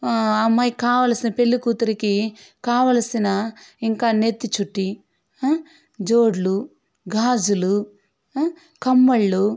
ఆ అమ్మాయికి కావలసిన పెళ్ళికూతురికి కావాల్సిన ఇంకా నెత్తి చుట్టి జోడ్లు గాజులు కమ్మలు